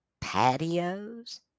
patios